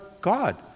God